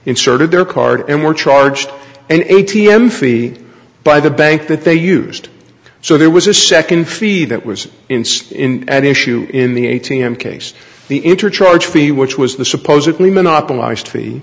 inserted their card and were charged an a t m fee by the bank that they used so there was a second fee that was in the issue in the a t m case the interchange fee which was the supposedly monopolised fee